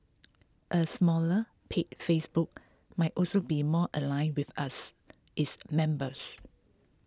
a smaller paid Facebook might also be more aligned with us its members